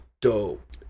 dope